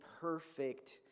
perfect